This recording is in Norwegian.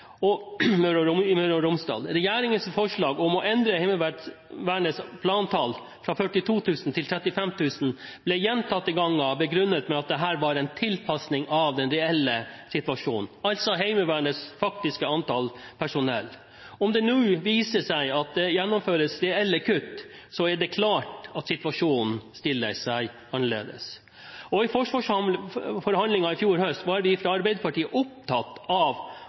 i Møre og Romsdal. Regjeringens forslag om å endre Heimevernets plantall fra 42 000 til 35 000 ble gjentatte ganger begrunnet med at dette var en tilpasning til den reelle situasjonen, altså Heimevernets faktiske antall personell. Om det nå viser seg at det gjennomføres reelle kutt, er det klart at situasjonen stiller seg annerledes. I forsvarsforhandlingene i fjor høst var vi fra Arbeiderpartiet opptatt av